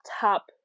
top